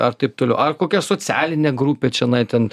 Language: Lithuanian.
ar taip toliau ar kokia socialinė grupė čionai ten